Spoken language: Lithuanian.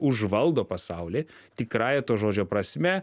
užvaldo pasaulį tikrąja to žodžio prasme